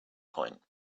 point